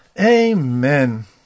Amen